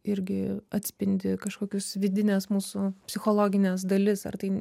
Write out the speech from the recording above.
irgi atspindi kažkokius vidines mūsų psichologines dalis ar tai